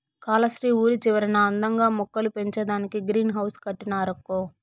కాలస్త్రి ఊరి చివరన అందంగా మొక్కలు పెంచేదానికే గ్రీన్ హౌస్ కట్టినారక్కో